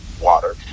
water